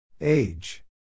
Age